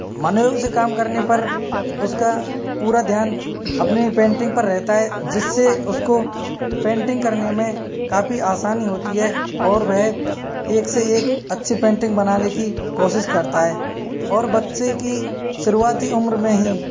मन से काम करने पर उसका पूरा ध्यान अपनी पेंटिंग पर रहता है जिससे उसको पेंटिंग करने में काफ़ी आसानी होती है और वह एक से एक अच्छी पेंटिंग बनाने की कोशिश करता है और बच्चे की शुरुआती ती उम्र में ही